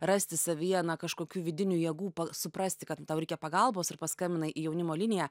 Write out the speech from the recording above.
rasti savyje kažkokių vidinių jėgų suprasti kad ten tau reikia pagalbos ir paskambinai į jaunimo liniją